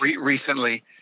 Recently